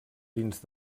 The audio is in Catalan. dins